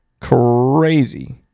crazy